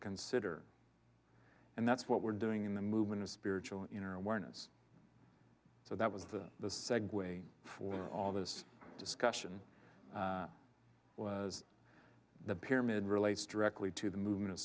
consider and that's what we're doing in the movement of spiritual inner awareness so that was the the segue for all this discussion was the pyramid relates directly to the movement of